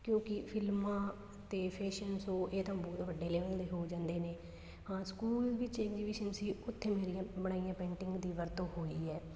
ਕਿਉਂਕਿ ਫਿਲਮਾਂ ਅਤੇ ਫੇਸ਼ਨ ਸੋ ਇਹ ਤਾਂ ਬਹੁਤ ਵੱਡੇ ਲੈਵਲ ਦੇ ਹੋ ਜਾਂਦੇ ਨੇ ਹਾਂ ਸਕੂਲ ਵਿੱਚ ਐਗਜੀਬਿਸ਼ਨ ਸੀ ਉੱਥੇ ਮੇਰੀਆਂ ਬਣਾਈਆਂ ਪੇਂਟਿੰਗ ਦੀ ਵਰਤੋਂ ਹੋਈ ਹੈ